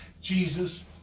Jesus